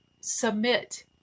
Submit